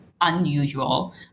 unusual